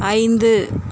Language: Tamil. ஐந்து